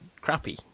crappy